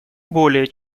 более